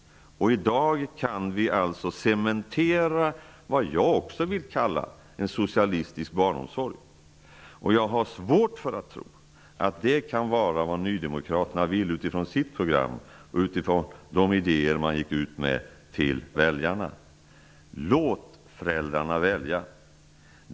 I dag kan vi alltså cementera vad jag också vill kalla en socialistisk barnomsorg. Jag har svårt för att tro att det kan vara vad Nydemokraterna vill utifrån sitt program och utifrån de idéer de gick ut med till väljarna. Låt föräldrarna välja!